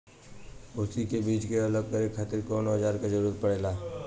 भूसी से बीज के अलग करे खातिर कउना औजार क जरूरत पड़ेला?